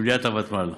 במליאת הוותמ"ל.